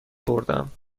بردم